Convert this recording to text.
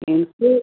എനിക്ക്